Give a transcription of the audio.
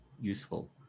useful